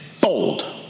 bold